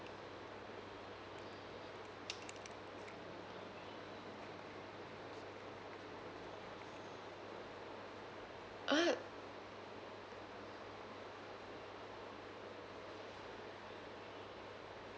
ah